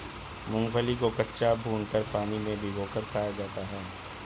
मूंगफली को कच्चा, भूनकर, पानी में भिगोकर खाया जाता है